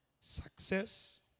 success